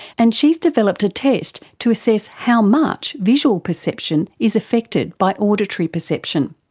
and she's developed a test to assess how much visual perception is affected by auditory perception,